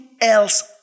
else